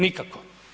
Nikako.